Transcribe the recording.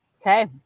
Okay